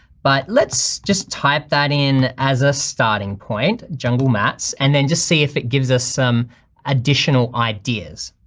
but let's just type that in as a starting point, jungle mats and then just see if it gives us some additional ideas.